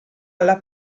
alla